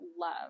love